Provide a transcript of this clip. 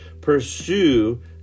pursue